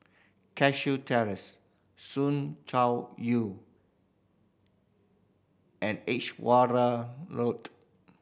Cashew Terrace Soo Chow You and Edge Road